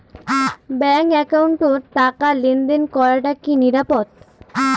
Bank একাউন্টত টাকা লেনদেন করাটা কি নিরাপদ?